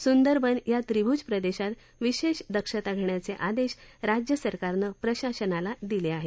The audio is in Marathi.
सुंदरबन या व्रिभ्ज प्रदेशात विशेष दक्षता घेण्याचे आदेश राज्यसरकारनं प्रशासनाला दिले आहेत